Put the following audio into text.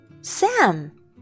Sam